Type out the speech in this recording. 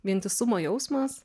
vientisumo jausmas